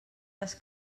les